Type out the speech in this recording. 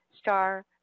star